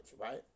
right